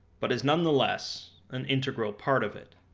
but is nonetheless an integral part of it.